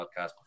podcast